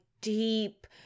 deep